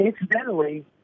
Incidentally